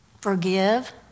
Forgive